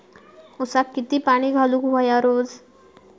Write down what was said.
ऊसाक किती पाणी घालूक व्हया रोज?